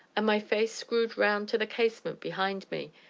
and my face screwed round to the casement behind me,